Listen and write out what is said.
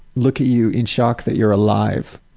look at you in shock that you're alive,